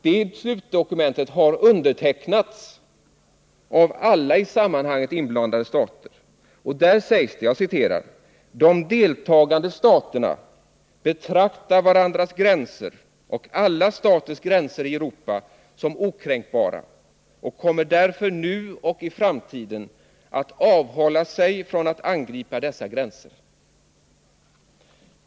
Det dokumentet har undertecknats av alla i sammanhanget inblandade stater, och där sägs det att ”de deltagande staterna betraktar varandras gränser och alla staters gränser i Europa som okränkbara och kommer därför nu och i framtiden att avhålla sig från att angripa dessa gränser”.